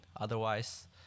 Otherwise